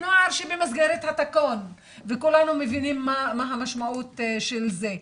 נוער שבמסגרת התיקון וכולנו מבינים מה המשמעת של זה,